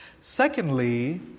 Secondly